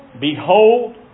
Behold